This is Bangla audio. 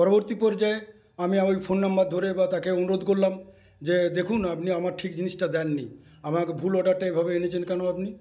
পরবর্তী পর্যায়ে আমি আবার ওই ফোন নম্বর ধরে বা তাকে অনুরোধ করলাম যে দেখুন আপনি আমার ঠিক জিনিসটা দেন নি আমার ভুল অর্ডারটা এভাবে এনেছেন কেন আপনি